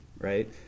Right